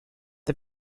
the